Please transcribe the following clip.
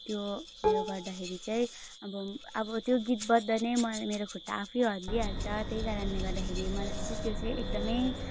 त्यो उयो गर्दाखेरि चाहिँ अब अब त्यो गीत बज्दा नै मैले मेरो खुट्टा आफै हल्लिहाल्छ त्यही कारणले गर्दाखेरि मलाई चाहिँ त्यो चाहिँ एकदमै